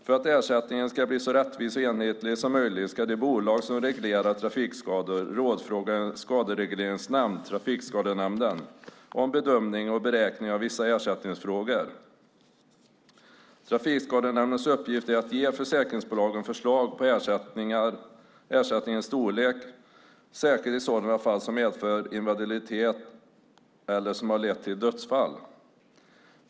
För att ersättningen ska bli så rättvis och enhetlig som möjligt ska det bolag som reglerar trafikskador rådfråga en skaderegleringsnämnd, Trafikskadenämnden, om bedömning och beräkning i vissa ersättningsfrågor. Trafikskadenämndens uppgift är att ge försäkringsbolagen förslag om ersättning och ersättningens storlek, särskilt i sådana fall då skada lett till invaliditet eller till dödsfall.